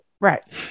Right